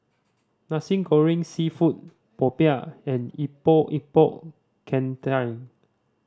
Nasi Goreng Seafood popiah and Epok Epok Kentang